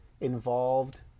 involved